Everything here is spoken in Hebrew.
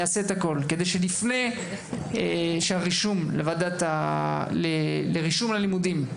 כדי שלפני מועד הרישום ללימודים,